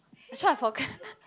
actually I forget